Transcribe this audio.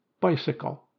bicycle